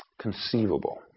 conceivable